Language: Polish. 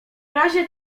razie